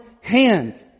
hand